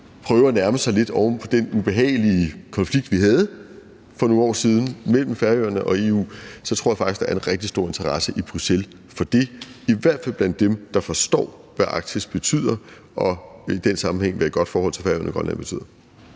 prøve at nærme sig lidt oven på den ubehagelige konflikt, vi havde for nogle år siden, mellem Færøerne og EU, så tror jeg faktisk, der er en rigtig stor interesse for det i Bruxelles, i hvert fald blandt dem, der forstår, hvad Arktis betyder, og i den sammenhæng også, hvad et godt forhold til Færøerne og Grønland betyder.